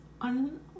on